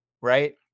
Right